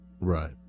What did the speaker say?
Right